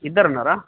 ఇద్దరున్నారా